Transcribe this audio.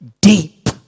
deep